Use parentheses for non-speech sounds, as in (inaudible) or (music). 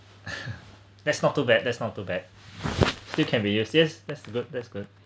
(laughs) that's not too bad that's not too bad you can be yours yes that's good that's good